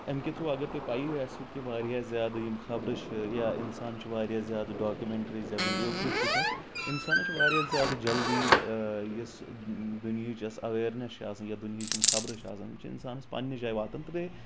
امہِ کہِ تھٔروٗ اگر تۄہہِ پیی آسہِ وٕ کہِ واریاہ زیادٕ یِم خبرٕ چھِ یا انسان چھُ واریاہ زیادٕ ڈوکمنٹریٖز یا ویٖڈیوز تتھۍ وٕچھان انسانس چھِ واریاہ زیادٕ جلدی یُس دُنیہِچ یۄس ایویرنیس چھِ آسان یا دُنیہِچ یِم خبرٕ چھِ آسان یِم چھِ انسانس پننہِ جایہِ واتان تہٕ بیٚیہِ